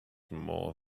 more